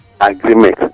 agreement